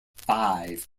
five